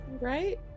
right